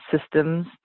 systems